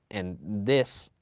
and this,